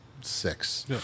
six